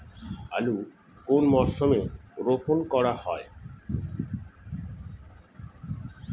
আলু কোন মরশুমে রোপণ করা হয়?